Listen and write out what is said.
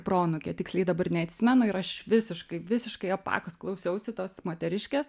proanūkė tiksliai dabar neatsimenu ir aš visiškai visiškai apakus klausiausi tos moteriškės